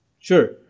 Sure